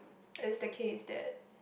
what is the case that